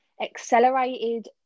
accelerated